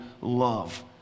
love